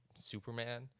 Superman